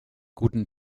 guten